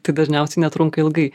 tai dažniausiai netrunka ilgai